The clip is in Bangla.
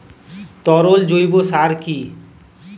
তরল জৈব সার কি?